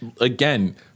again